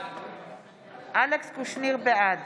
בעד